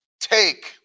take